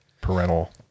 parental